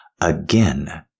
again